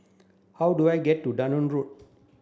how do I get to Durham Road